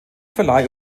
verleih